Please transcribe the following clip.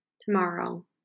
tomorrow